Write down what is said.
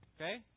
Okay